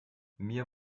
mir